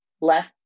less